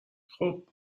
خوب